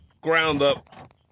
ground-up